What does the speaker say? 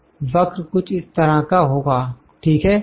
वक्र कुछ इस तरह का होगा ठीक है